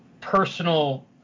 personal